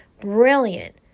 Brilliant